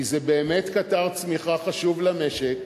כי זה באמת קטר צמיחה חשוב למשק,